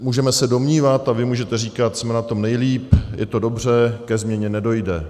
Můžeme se domnívat a vy můžete říkat: jsme na tom nejlíp, je to dobře, ke změně nedojde.